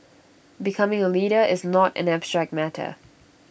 becoming A leader is not an abstract matter